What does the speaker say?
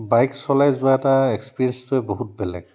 bike চলাই যোৱা এটা এক্সপিৰিয়েঞ্চটোৱে বহুত বেলেগ